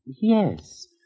yes